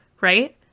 right